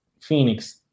Phoenix